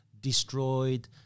destroyed